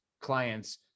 clients